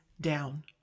down